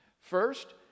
First